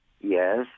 Yes